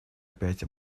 опять